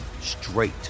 straight